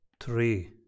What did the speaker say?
three